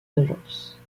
agence